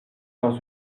dans